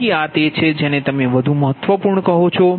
તેથી આ તે છે જેને તમે વધુ મહત્વપૂર્ણ કહો છો